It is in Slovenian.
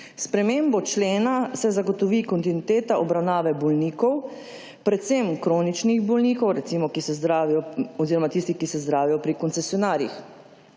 spremembo člena se zagotovi kontinuiteta obravnave bolnikov, predvsem kroničnih bolnikov, recimo, ki se zdravijo oziroma tisti,